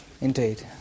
Indeed